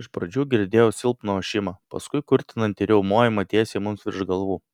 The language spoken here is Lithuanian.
iš pradžių girdėjau silpną ošimą paskui kurtinantį riaumojimą tiesiai mums virš galvų